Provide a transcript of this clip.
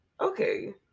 Okay